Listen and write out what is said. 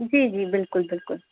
जी जी बिल्कुलु बिल्कुलु